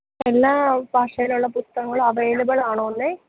എല്ലാ ഭാഷയിലുള്ള പുസ്തകങ്ങളും അവൈലബിളാണോന്നേ